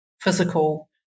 physical